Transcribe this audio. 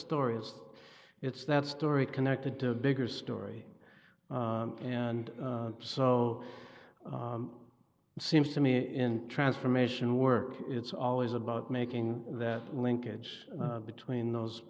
stories it's that story connected to a bigger story and so it seems to me in transformation work it's always about making that linkage between those